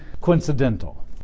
coincidental